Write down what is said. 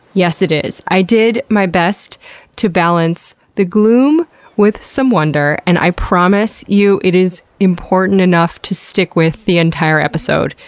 yes it is. i did my best to balance the gloom with some wonder, and i promise you it is important enough to stick with the entire episode.